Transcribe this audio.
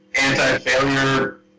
anti-failure